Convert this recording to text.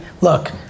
look